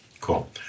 Cool